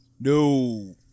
No